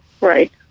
Right